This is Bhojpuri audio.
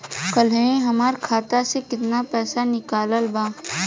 काल्हे हमार खाता से केतना पैसा निकलल बा?